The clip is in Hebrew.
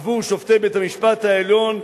עבור שופטי בית-המשפט העליון,